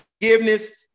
Forgiveness